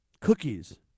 cookies